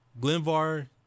Glenvar